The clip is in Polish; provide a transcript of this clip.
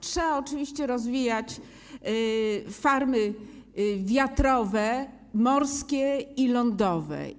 Trzeba oczywiście rozwijać farmy wiatrowe, morskie i lądowe.